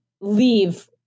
leave